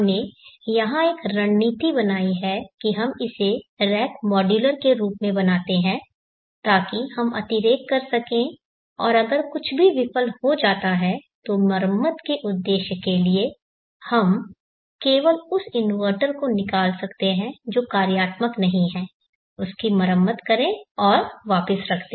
हमने यहां एक रणनीति बनाई है कि हम इसे रैक मॉड्यूलर के रूप में बनाते हैं ताकि हम अतिरेक कर सकें और अगर कुछ भी विफल हो जाता है तो भी मरम्मत के उद्देश्य के लिए हम केवल उस इन्वर्टर को निकाल सकते हैं जो कार्यात्मक नहीं है उसकी मरम्मत करें और वापस रख दें